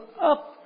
up